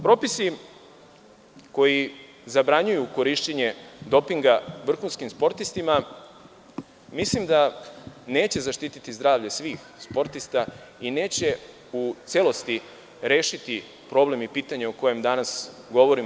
Propisi koji zabranjuju korišćenje dopinga vrhunskim sportistima mislim da neće zaštiti zdravlje svih sportista i neće u celosti rešiti problem i pitanje o kojem danas govorimo.